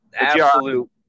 Absolute